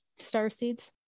starseeds